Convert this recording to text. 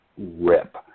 rip